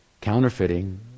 Counterfeiting